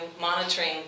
monitoring